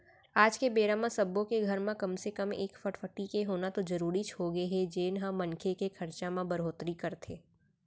आज के बेरा म सब्बो के घर म कम से कम एक फटफटी के होना तो जरूरीच होगे हे जेन ह मनखे के खरचा म बड़होत्तरी करथे